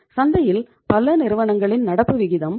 சந்தையில் பல நிறுவனங்களின் நடப்பு விகிதம் 0